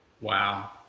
wow